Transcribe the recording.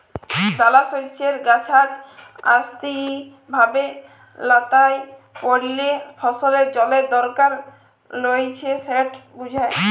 দালাশস্যের গাহাচ অস্থায়ীভাবে ল্যাঁতাই পড়লে ফসলের জলের দরকার রঁয়েছে সেট বুঝায়